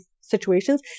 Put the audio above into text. situations